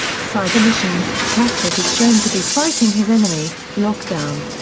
cyber missions ratchet is shown to be fighting his enemy, lockdown.